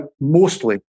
mostly